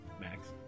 max